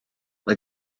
mae